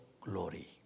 glory